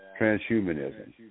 transhumanism